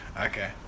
Okay